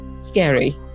scary